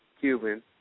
Cuban